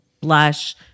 blush